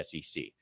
sec